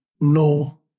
no